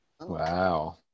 Wow